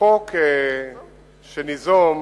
החוק שניזום